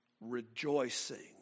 rejoicing